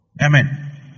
Amen